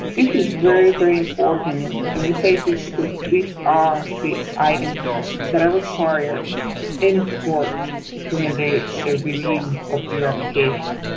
this is very, very important. and and we say this because these are the items that are required and scored during the review of your application.